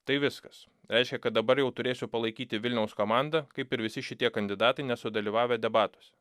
tai viskas reiškia kad dabar jau turėsiu palaikyti vilniaus komandą kaip ir visi šitie kandidatai nesudalyvavę debatuose